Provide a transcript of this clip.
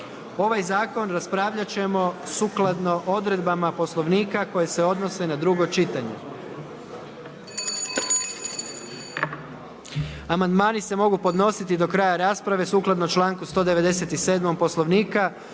Ovaj zakon raspravljat ćemo sukladno odredbama Poslovnika koje se odnose na drugo čitanje. Amandmani se mogu podnositi do kraja rasprave sukladno članku 197. Poslovnika.